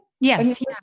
Yes